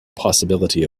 possibility